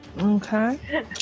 okay